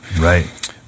right